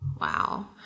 Wow